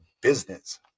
business